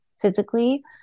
physically